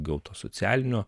gaut to socialinio